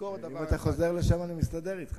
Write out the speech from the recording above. אם אתה חוזר לשם, אני מסתדר אתך.